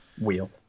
wheel